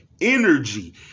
Energy